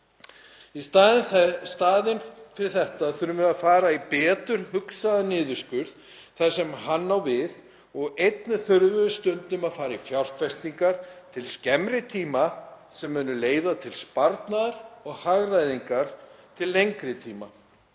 Í staðinn fyrir þetta þurfum við að fara í betur hugsaðan niðurskurð þar sem hann á við og einnig þurfum við stundum að fara í fjárfestingar til skemmri tíma sem munu leiða til sparnaðar og hagræðingar til lengri tíma.